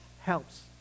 helps